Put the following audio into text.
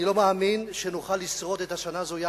אני לא מאמין שנוכל לשרוד את השנה הזאת יחד,